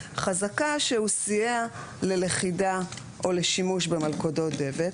חזקה שהוא סייע ללכידה או לשימוש במלכודות דבק,